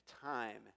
time